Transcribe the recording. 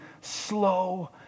slow